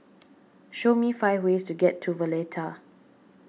show me five ways to get to Valletta